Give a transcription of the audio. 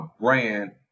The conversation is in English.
brand